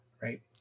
right